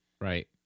Right